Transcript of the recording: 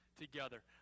together